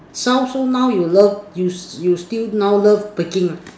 so so now you love you you still now love baking ah